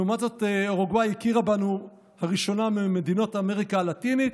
ולעומת זאת אורוגוואי היא הראשונה שהכירה בנו ממדינות אמריקה הלטינית,